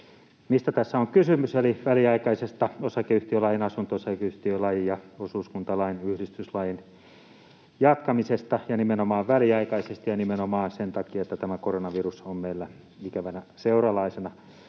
tässä on kysymys väliaikaisesta osakeyhtiölain, asunto-osakeyhtiölain, osuuskuntalain ja yhdistyslain jatkamisesta, nimenomaan väliaikaisesti ja nimenomaan sen takia, että tämä koronavirus on meillä ikävänä seuralaisena.